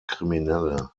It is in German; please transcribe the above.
kriminelle